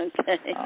Okay